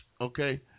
Okay